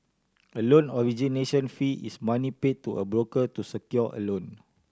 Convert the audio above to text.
a loan origination fee is money paid to a broker to secure a loan